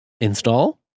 install